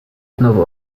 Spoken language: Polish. znowu